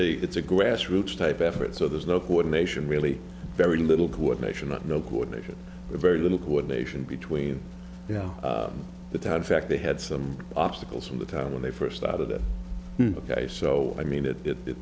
a it's a grassroots type effort so there's no coordination really very little coordination not no coordination or very little coordination between you know the town fact they had some obstacles from the town when they first started it ok so i mean it it it